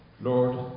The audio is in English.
Lord